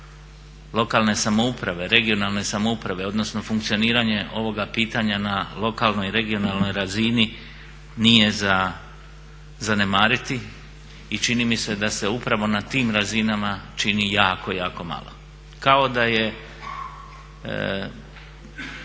lokalne samouprave, regionalne samouprave, odnosno funkcioniranje ovoga pitanja na lokalnoj, regionalnoj razini nije za zanemariti i čini mi se da se upravo na tim razinama čini jako, jako malo. Kao da je